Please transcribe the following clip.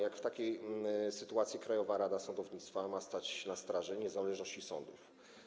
Jak w takiej sytuacji Krajowa Rada Sądownictwa ma stać na straży niezależności sądów?